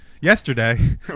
yesterday